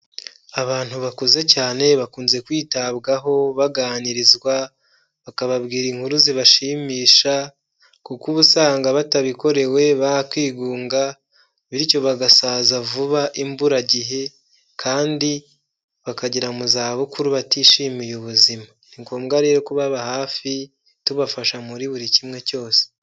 Abantu bakuze cyane bakunze kwitabwaho baganirizwa bakababwira inkuru zibashimisha; kuko uba usanga batabikorewe bakigunga; bityo bagasaza vuba imburagihe kandi bakagera mu za bukuru batishimiye ubuzima; ni ngombwa rero kubaba hafi tubafasha muri buri kimwe cyose.